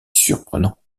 surprenant